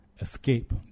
Escape